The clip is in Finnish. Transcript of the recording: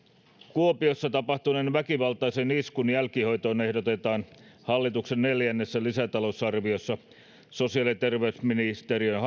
kuopiossa tapahtuneen väkivaltaisen iskun jälkihoitoon ehdotetaan hallituksen neljännessä lisätalousarviossa sosiaali ja terveysministeriön